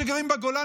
שגרים בגולן,